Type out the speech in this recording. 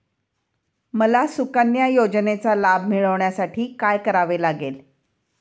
मला सुकन्या योजनेचा लाभ मिळवण्यासाठी काय करावे लागेल?